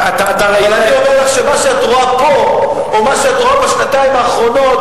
אבל אני אומר לך שמה שאת רואה פה או מה שאת רואה בשנתיים האחרונות,